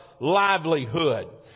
livelihood